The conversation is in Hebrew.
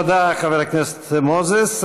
תודה, חבר הכנסת מוזס.